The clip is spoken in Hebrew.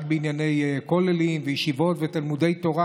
רק בענייני כוללים וישיבות ותלמודי תורה,